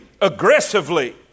aggressively